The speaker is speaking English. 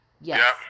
Yes